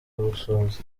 gusohoza